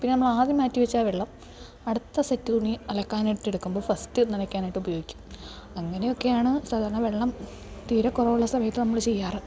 പിന്നെ നമ്മളെ ആദ്യം മാറ്റി വെച്ചാ വെള്ളം അടുത്ത സെറ്റ് തുണി അലക്കാനയിട്ട് എടുക്കുമ്പോൾ ഫസ്റ്റ് നനയ്ക്കാനായിട്ട് ഉപയോഗിക്കും അങ്ങനെയൊക്കെയാണ് സാധാരണ വെള്ളം തീരെ കുറവുള്ള സമയത്ത് നമ്മൾ ചെയ്യാറ്